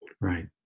right